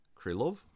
Krylov